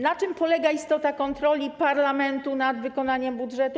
Na czym polega istota kontroli parlamentu nad wykonaniem budżetu?